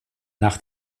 nach